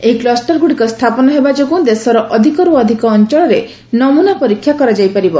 ଏହି କ୍ଲଷ୍ଟରଗୁଡ଼ିକ ସ୍ଥାପନ ହେବା ଯୋଗୁଁ ଦେଶର ଅଧିକରୁ ଅଧିକ ଅଂଚଳରେ ନମୁନା ପରୀକ୍ଷା କରାଯାଇ ପାରିବ